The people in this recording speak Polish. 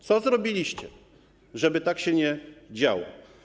Co zrobiliście, żeby tak się nie działo?